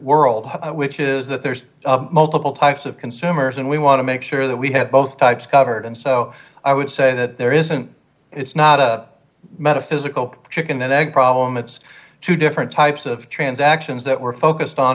world which is that there's multiple types of consumers and we want to make sure that we have both types covered and so i would say that there isn't it's not a metaphysical chicken and egg problem it's two different types of transactions that we're focused on